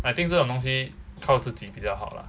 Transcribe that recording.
I think 这种东西靠自己比较好 lah